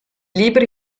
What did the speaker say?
libri